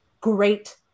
great